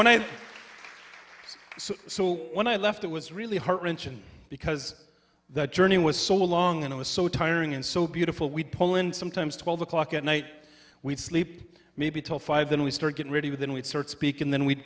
when i when i left it was really heart wrenching because the journey was so long and it was so tiring and so beautiful we'd pull in sometimes twelve o'clock at night we'd sleep maybe top five then we start getting ready with then we'd search speak and then we